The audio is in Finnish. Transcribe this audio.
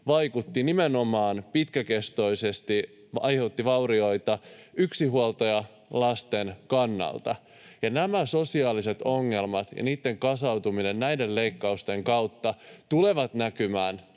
vaikuttivat nimenomaan pitkäkestoisesti, aiheuttivat vaurioita yksinhuoltajien lasten kannalta, ja nämä sosiaaliset ongelmat ja niitten kasautuminen näiden leikkausten kautta tulevat näkymään